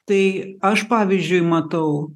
tai aš pavyzdžiui matau